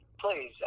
please